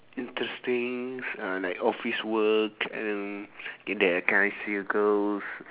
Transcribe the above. interesting uh like office work and